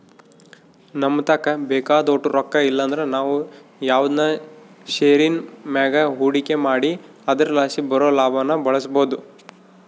ನಮತಾಕ ಬೇಕಾದೋಟು ರೊಕ್ಕ ಇಲ್ಲಂದ್ರ ನಾವು ಯಾವ್ದನ ಷೇರಿನ್ ಮ್ಯಾಗ ಹೂಡಿಕೆ ಮಾಡಿ ಅದರಲಾಸಿ ಬರೋ ಲಾಭಾನ ಬಳಸ್ಬೋದು